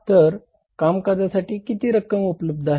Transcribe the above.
तर कामकाजासाठी किती रक्कम उपलब्ध आहे